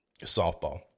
softball